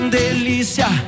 delícia